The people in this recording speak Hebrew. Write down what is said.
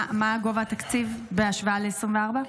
מה גובה התקציב בהשוואה ל-2024?